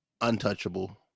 Untouchable